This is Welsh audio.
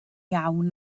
iawn